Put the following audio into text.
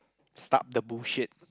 start the bullshit